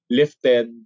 lifted